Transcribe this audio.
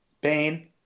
Bane